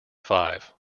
five